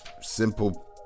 simple